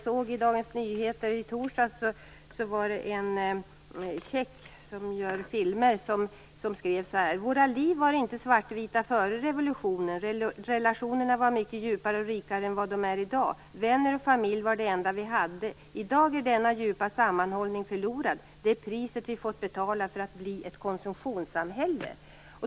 I Dagens Nyheter i torsdags var det en tjeck som gör filmer som sade så här: "Våra liv var inte svartvita före revolutionen, relationerna var till exempel mycket djupare och rikare än vad de är i dag. Vänner och familj var det enda vi hade. I dag är denna djupa sammanhållning förlorad, det är priset vi fått betala för att bli ett konsumtionssamhälle."